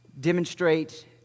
demonstrate